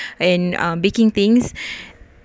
and uh baking things